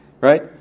right